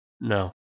No